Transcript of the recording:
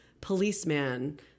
policeman